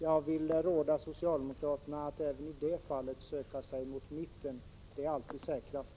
Jag vill råda socialdemokraterna att även i det fallet söka sig mot mitten — det är alltid säkrast.